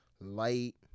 light